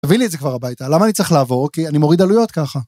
תביאי לי את זה כבר הביתה, למה אני צריך לעבור? כי אני מוריד עלויות ככה.